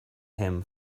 him